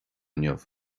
inniu